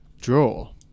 draw